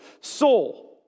soul